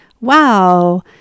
Wow